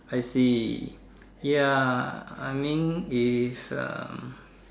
I see ya I mean is uh